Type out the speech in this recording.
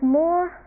more